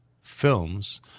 films